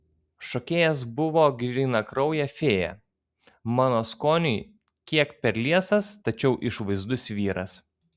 šokėjas buvo grynakraujė fėja mano skoniui kiek per liesas tačiau išvaizdus vyras